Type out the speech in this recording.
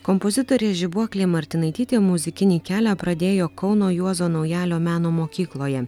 kompozitorė žibuoklė martinaitytė muzikinį kelią pradėjo kauno juozo naujalio meno mokykloje